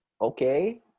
okay